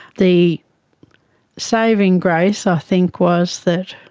the saving grace i think was that